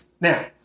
Now